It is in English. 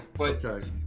okay